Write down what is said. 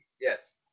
Yes